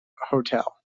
hotel